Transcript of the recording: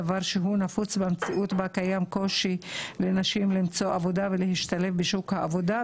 דבר נפוץ במציאות בה קיים קושי לנשים למצוא עבודה ולהשתלב בשוק העבודה,